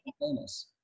famous